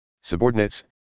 subordinates